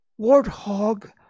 warthog